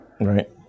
Right